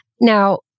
Now